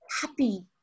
happy